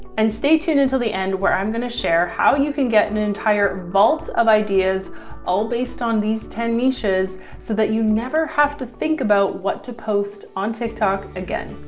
and stay tuned until the end where i'm going to share how you can get an entire vault of ideas all based on these ten niches so that you never have to think about what to post on tiktok again.